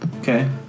Okay